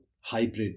hybrid